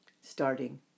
starting